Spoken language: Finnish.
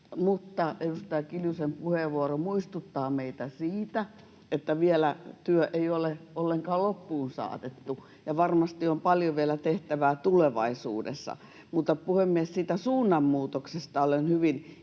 edustaja Kiljusen puheenvuoro muistuttaa meitä siitä, että vielä työ ei ole ollenkaan loppuun saatettu ja varmasti on paljon vielä tehtävää tulevaisuudessa. Mutta, puhemies, siitä suunnanmuutoksesta olen hyvin